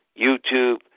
YouTube